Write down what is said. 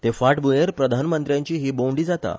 ते फांटभुयेंर प्रधानमंत्र्यांची हि भोंवडी जाता